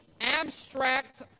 abstract